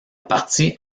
partie